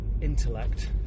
intellect